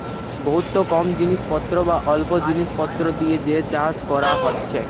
বহুত কম জিনিস পত্র বা অল্প জিনিস পত্র দিয়ে যে চাষ কোরা হচ্ছে